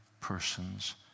person's